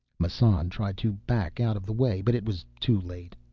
massan tried to back out of the way, but it was too late.